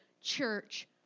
church